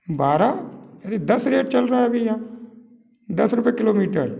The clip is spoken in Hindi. बारह अरे दस रेट चल रहा है अभी यहाँ दस रुपये किलोमीटर